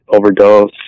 overdose